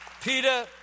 Peter